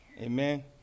Amen